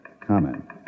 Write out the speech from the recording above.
Comment